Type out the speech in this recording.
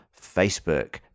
Facebook